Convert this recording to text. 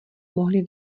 mohli